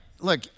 look